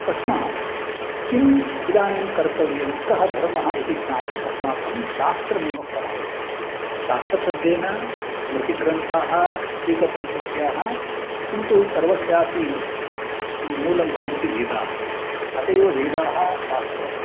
तस्मात् किम् इदानीं कर्तव्यं कः धर्मः इति ज्ञातुम् अस्माकं शास्त्रमेव प्रमाणं शास्त्रशब्देन स्मृतिग्रन्थाः स्वीकर्तुं शक्याः किन्तु सर्वस्यापि ई मूलं भवन्ति वेदाः अतः एव वेदाः शास्त्रं